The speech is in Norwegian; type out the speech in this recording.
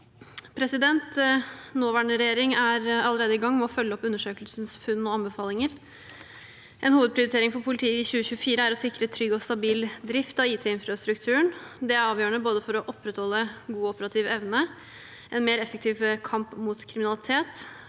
regjering er allerede i gang med å følge opp undersøkelsens funn og anbefalinger. En hovedprioritering for politiet i 2024 er å sikre trygg og stabil drift av IT-infrastrukturen. Det er avgjørende for å opprettholde god operativ evne, en mer effektiv kamp mot kriminalitet,